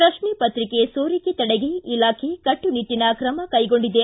ಪ್ರಕ್ಷೆಪತ್ರಿಕೆ ಸೋರಿಕೆ ತಡೆಗೆ ಇಲಾಖೆ ಕಟ್ಟುನಿಟ್ಟನ ಕ್ರಮ ಕೈಗೊಂಡಿದೆ